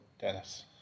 Dennis